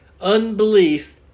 Unbelief